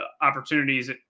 opportunities